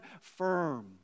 firm